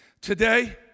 Today